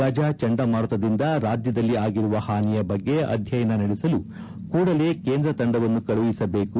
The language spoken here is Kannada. ಗಜ ಚಂಡಮಾರುತದಿಂದ ರಾಜ್ಯದಲ್ಲಿ ಆಗಿರುವ ಹಾನಿಯ ಬಗ್ಗೆ ಅಧ್ವಯನ ನಡೆಸಲು ಕೂಡಲೇ ಕೇಂದ್ರ ತಂಡವನ್ನು ಕಳುಹಿಸಬೇಕು